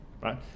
right